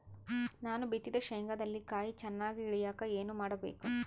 ನಾನು ಬಿತ್ತಿದ ಶೇಂಗಾದಲ್ಲಿ ಕಾಯಿ ಚನ್ನಾಗಿ ಇಳಿಯಕ ಏನು ಮಾಡಬೇಕು?